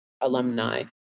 alumni